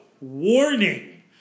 warning